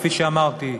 כפי שאמרתי,